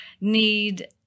need